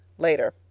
later.